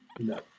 No